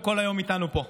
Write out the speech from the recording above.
הן כל היום איתנו פה,